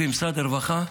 כמשרד הרווחה,